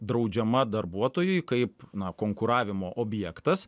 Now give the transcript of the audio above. draudžiama darbuotojui kaip na konkuravimo objektas